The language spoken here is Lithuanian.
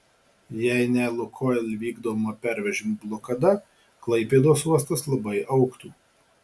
jei ne lukoil vykdoma pervežimų blokada klaipėdos uostas labai augtų